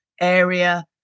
area